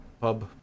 pub